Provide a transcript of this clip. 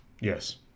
Yes